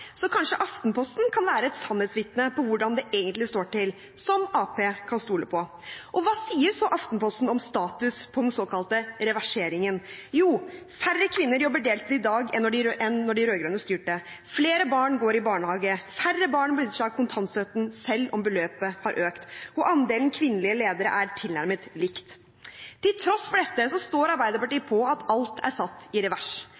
så Aftenposten om status for den såkalte reverseringen? Jo, færre kvinner jobber deltid i dag enn da de rød-grønne styrte. Flere barn går i barnehage. Det er færre som benytter seg av kontantstøtten for barn, selv om beløpet har økt, og andelen kvinnelige ledere er tilnærmet lik. Til tross for dette står Arbeiderpartiet på at alt er satt i revers.